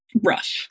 rough